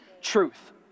truth